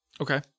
Okay